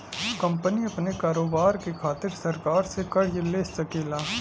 company अपने कारोबार के खातिर सरकार से कर्ज ले सकेला